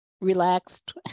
relaxed